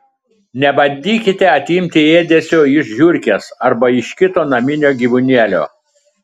nebandykite atimti ėdesio iš žiurkės arba iš kito naminio gyvūnėlio